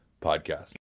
podcast